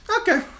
Okay